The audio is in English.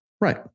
Right